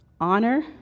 honor